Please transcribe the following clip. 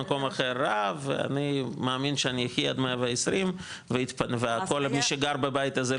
במקום אחר רע ואני מאמין שאני אחייה עם 120 והכול מי שגר בבית הזה,